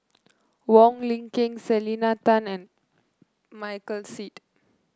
Wong Lin Ken Selena Tan and Michael Seet